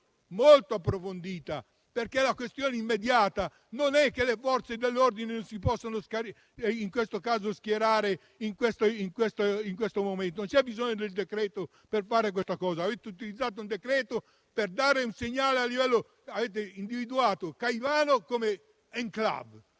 molto approfondita, perché la questione immediata non è che le Forze dell'ordine non si possono schierare in questo momento, non c'è bisogno di un decreto-legge per fare questo. Avete utilizzato il decreto per dare un segnale e avete individuato Caivano come *enclave*.